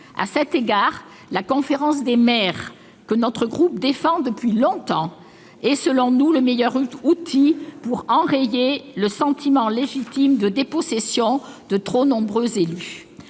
À cet égard, la conférence des maires, dont notre groupe défend l'instauration depuis longtemps, est, selon nous, le meilleur outil pour enrayer le sentiment légitime de dépossession éprouvé par de trop nombreux élus.